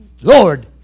Lord